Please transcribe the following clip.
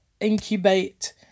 incubate